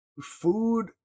food